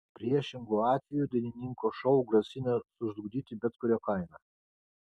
priešingu atveju dainininko šou grasina sužlugdyti bet kuria kaina